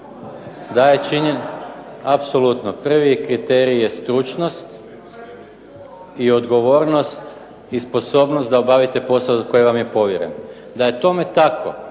vaši. Apsolutno, prvi kriterij je stručnost i odgovornost i sposobnost da obavite posao koji vam je povjeren. Da je tome tako